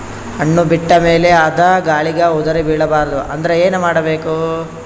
ಹಣ್ಣು ಬಿಟ್ಟ ಮೇಲೆ ಅದ ಗಾಳಿಗ ಉದರಿಬೀಳಬಾರದು ಅಂದ್ರ ಏನ ಮಾಡಬೇಕು?